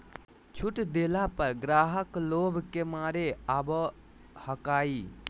छुट देला पर ग्राहक लोभ के मारे आवो हकाई